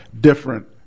different